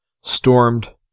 stormed